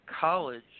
college